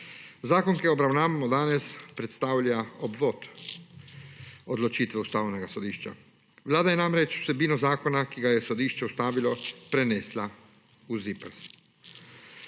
Zakon, ki ga obravnavamo danes, predstavlja obvod odločitve Ustavnega sodišča. Vlada je namreč vsebino zakona, ki ga je sodišče ustavilo, prenesla v ZIPRS.